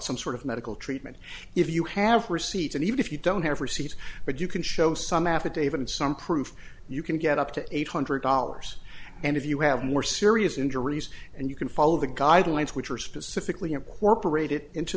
some sort of medical treatment if you have receipts and even if you don't have receipts but you can show some affidavit and some proof you can get up to eight hundred dollars and if you have more serious injuries and you can follow the guidelines which are specifically of corporate it into